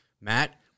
Matt